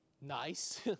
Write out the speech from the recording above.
nice